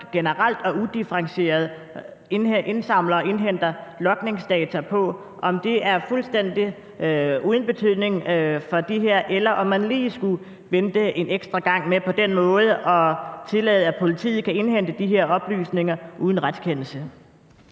og udifferentieret indsamler og indhenter logningsdata på. Er det fuldstændig uden betydning for det her, eller skulle man lige vente en ekstra gang med på den måde at tillade, at politiet kan indhente de her oplysninger uden retskendelse?